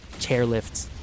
chairlifts